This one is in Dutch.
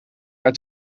uit